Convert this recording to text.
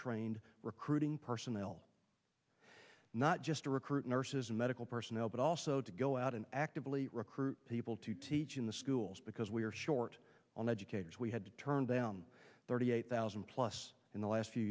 trained recruiting personnel not just to recruit nurses and medical personnel but also to go out and actively recruit people to teach in the schools because we are short on educators we had to turn down thirty eight thousand plus in the last few